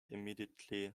immediately